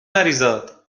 مریزاد